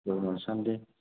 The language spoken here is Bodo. गय जासान्दि